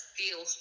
feel